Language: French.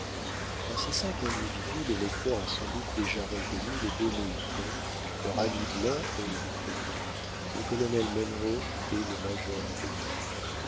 dans ces cinq individus le lecteur a sans doute déjà reconnu les deux mohicans leur ami blanc œil de faucon le colonel munro et le major